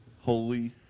Holy